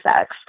sex